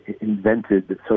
invented